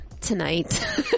tonight